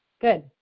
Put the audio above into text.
good